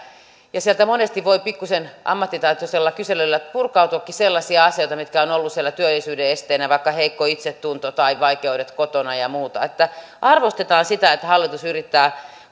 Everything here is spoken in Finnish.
sieltä monesti voi pikkuisen ammattitaitoisella kyselyllä purkautuakin sellaisia asioita mitkä ovat olleet työllisyyden esteenä vaikka heikko itsetunto tai vaikeudet kotona ja muuta eli arvostetaan sitä että hallitus yrittää